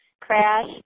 crash